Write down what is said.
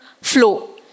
flow